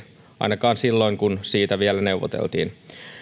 ainakaan silloin kun siitä vielä neuvoteltiin